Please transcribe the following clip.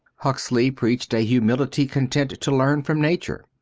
huxley preached a humility content to learn from nature.